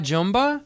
Jumba